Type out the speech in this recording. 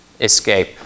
escape